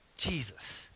Jesus